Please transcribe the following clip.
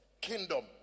kingdom